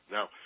Now